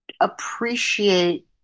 appreciate